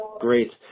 Great